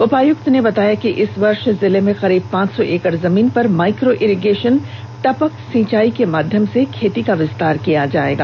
उपायुक्त ने बताया कि इस वर्ष जिले में करीब पांच सौ एकड़ जमीन पर माइक्रो इरीगेशन टपक सिंचाई के माध्यम से खेती का विस्तार किया जाएगा